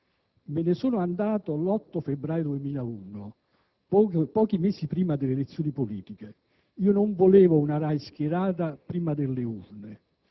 me ne sono andato l'8 febbraio 2001, pochi mesi prima delle elezioni politiche. Io non volevo una RAI schierata prima delle urne,